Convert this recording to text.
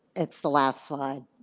it's the last slide.